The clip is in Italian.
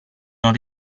non